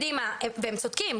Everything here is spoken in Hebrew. והם צודקים,